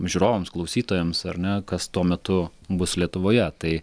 žiūrovams klausytojams ar ne kas tuo metu bus lietuvoje tai